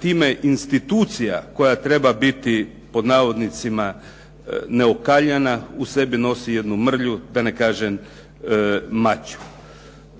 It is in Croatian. Time institucija koja treba biti "neokaljana" u sebi nosi jednu mrlju, da ne kažem mač.